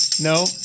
no